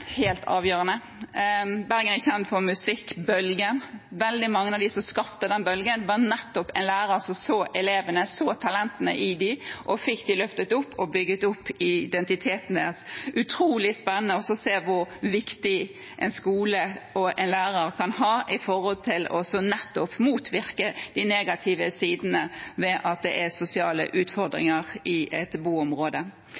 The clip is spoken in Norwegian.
helt avgjørende: Bergen er kjent for Bergensbølgen. Veldig mange av dem som skapte den bølgen, var nettopp en lærer som så elevene, så talentene i dem, og fikk dem løftet opp og bygd opp identiteten deres. Det er utrolig spennende å se hvor viktig en skole og en lærer kan være for nettopp å motvirke de negative sidene ved at det er sosiale